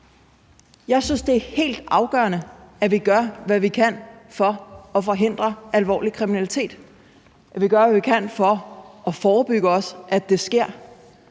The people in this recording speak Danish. Jeg synes, det er helt afgørende, at vi gør, hvad vi kan, for at forhindre alvorlig kriminalitet, at vi gør, hvad vi kan, for også at forebygge, at det sker,